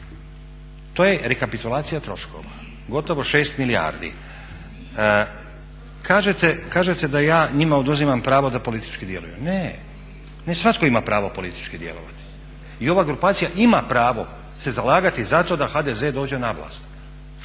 To je rekapitulacija troškova gotovo 6 milijardi. Kažete da ja njima oduzimam pravo da politički djeluju, ne, svatko ima pravo politički djelovati. I ova grupacija ima pravo se zalagati za to da HDZ dođe na vlast